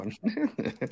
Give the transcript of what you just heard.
one